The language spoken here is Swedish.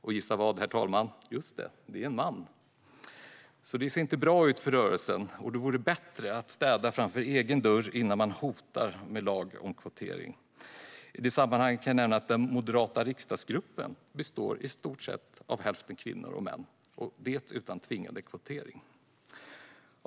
Och just det, herr talman, det är en man. Det ser inte bra ut för rörelsen. Det vore bättre att städa framför egen dörr innan man hotar med en lag om kvotering. I det sammanhanget kan jag nämna att den moderata riksdagsgruppen består av i stort sett hälften kvinnor och hälften män, utan tvingande kvotering.